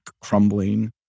crumbling